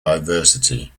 diversity